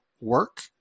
work